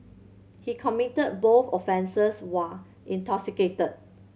he committed both offences while intoxicated